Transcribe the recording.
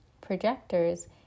Projectors